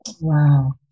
Wow